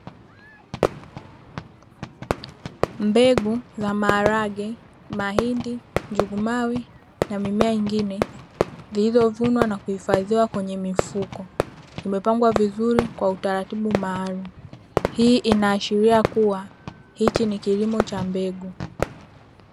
Mbegu za maharage, mahindi, njugu mawe na mimea ingine vilivyovunwa na kuhifadhiwa kwenye mifuko nimepangwa vizuri kwa utaratibu maalumu, hii inaashiria kuwa hichi ni kilimo cha mbegu.